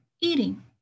eating